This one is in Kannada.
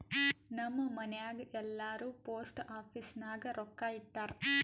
ನಮ್ ಮನ್ಯಾಗ್ ಎಲ್ಲಾರೂ ಪೋಸ್ಟ್ ಆಫೀಸ್ ನಾಗ್ ರೊಕ್ಕಾ ಇಟ್ಟಾರ್